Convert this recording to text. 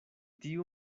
tiu